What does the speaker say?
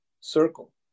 circle